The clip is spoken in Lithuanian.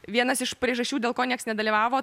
vienas iš priežasčių dėl ko niekas nedalyvavo